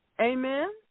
Amen